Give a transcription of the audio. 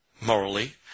morally